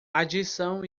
adição